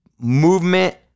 movement